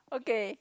okay